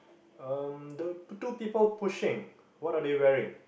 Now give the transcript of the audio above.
um the two people pushing what are they wearing